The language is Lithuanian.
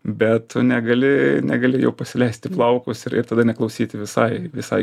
bet tu negali negali juk pasileisti plaukus ir tada neklausyti visai visai